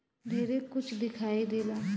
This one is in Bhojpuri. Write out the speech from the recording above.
ढेरे कुछ दिखाई देला